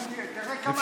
תראה כמה אני,